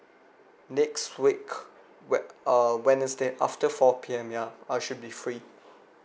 next week wed~ uh wednesday after four P_M ya I should be free